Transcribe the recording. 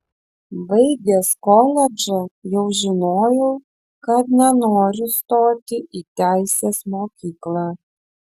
baigęs koledžą jau žinojau kad nenoriu stoti į teisės mokyklą